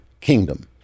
KINGDOM